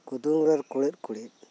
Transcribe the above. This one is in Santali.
ᱠᱩᱫᱩᱢ ᱨᱮ ᱠᱩᱬᱤᱫ ᱠᱩᱬᱤᱫ